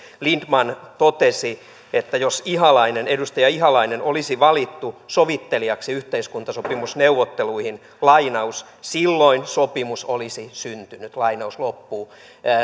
lindtman totesi että jos edustaja ihalainen olisi valittu sovittelijaksi yhteiskuntasopimusneuvotteluihin silloin sopimus olisi syntynyt